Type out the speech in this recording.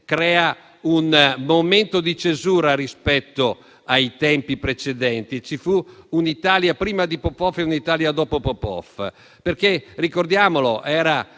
crea un momento di cesura rispetto ai tempi precedenti: ci fu un'Italia prima di Popoff e un'Italia dopo Popoff. Ricordiamo che era